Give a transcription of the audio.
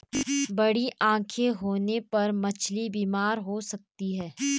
बड़ी आंखें होने पर मछली बीमार हो सकती है